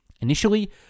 Initially